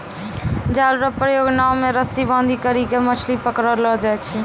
जाल रो प्रयोग नाव मे रस्सी बांधी करी के मछली पकड़लो जाय छै